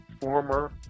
former